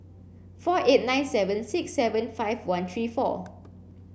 four eight nine seven six seven five one three four